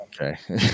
Okay